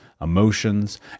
emotions